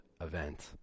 event